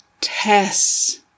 Tess